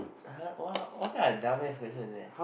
!huh! what what kind of dumbass question is that